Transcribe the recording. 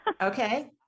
Okay